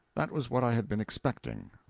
that was what i had been expecting.